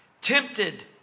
tempted